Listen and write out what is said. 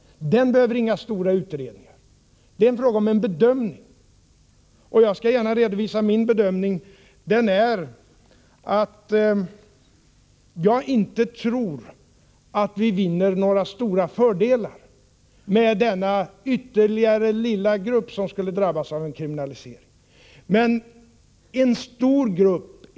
Här behövs inga stora utredningar — det är bara fråga om en bedömning. Jag skall gärna redovisa min egen bedömning. Den är att jag inte tror att vi vinner några stora fördelar genom den ytterligare lilla grupp som skulle drabbas av en sådan kriminalisering.